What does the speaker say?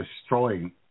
destroying